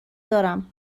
دارم